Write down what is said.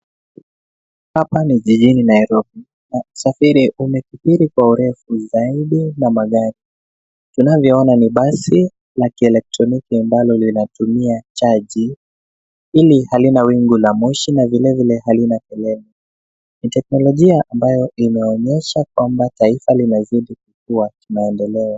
Hapa ni jijini Nairobi usafiri umekidhili kwa kirefu zaidi na magari tunavyona ni basi la kielektroniki ambalo linatumia charge hili halina wingu la moshi na vile vile halina kelele. Ni teknolojia ambayo inaonyesha kwamba taifa linazidi kukua kimaendeleo.